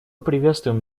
приветствуем